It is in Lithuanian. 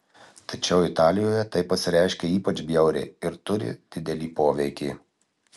tačiau italijoje tai pasireiškia ypač bjauriai ir turi didelį poveikį